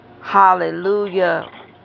hallelujah